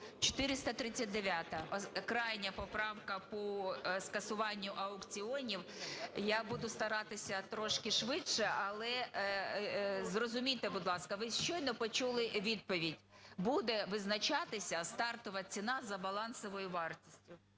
439-а, крайня поправка по скасуванню аукціонів. Я буду старатися трошки швидше. Але зрозумійте, будь ласка, ви щойно почули відповідь – буде визначатися стартова ціна за балансовою вартістю.